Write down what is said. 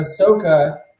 Ahsoka